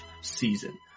season